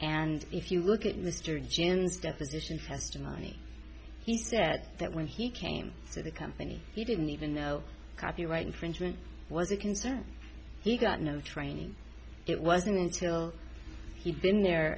and if you look at mr jim's deposition testimony he said that when he came to the company he didn't even know copyright infringement was a concern he got no training it wasn't until you've been there